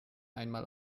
einmal